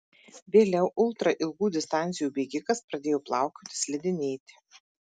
vėliau ultra ilgų distancijų bėgikas pradėjo plaukioti slidinėti